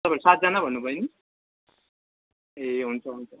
तपाईँहरू सातजना भन्नु भयो नि ए हुन्छ हुन्छ